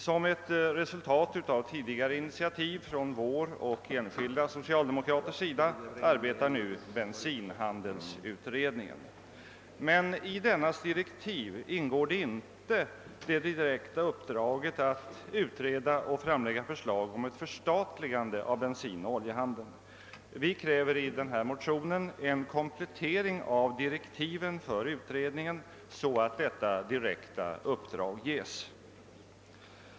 Som ett resultat av tidigare initiativ från vår och enskilda socialdemokraters sida arbetar nu bensinhandelsutredningen, men i dennas direktiv ingår inte det direkta uppdraget att utreda och framlägga förslag om ett förstatligande av bensinoch oljehandeln. Vi kräver i våra motioner en komplettering av direktiven för utredningen, så att detta direkta uppdrag ges.